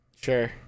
Sure